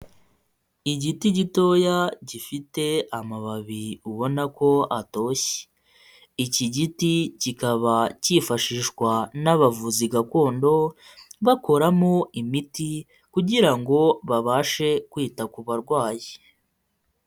Igiti gitoya gifite amababi ubona ko atoshye, iki giti kikaba cyifashishwa n'abavuzi gakondo bakoramo imiti kugira ngo babashe kwita ku barwayi.